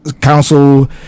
council